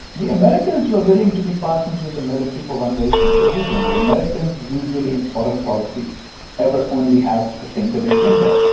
the americans were willing to be partners with the military for one very simple reason the americans usually in foreign policy ever only have a single agenda.